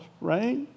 right